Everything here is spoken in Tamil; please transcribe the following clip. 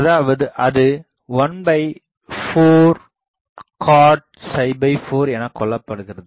அதாவது அது14 cot4 என கொள்ளப்படுகிறது